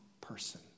person